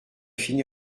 fini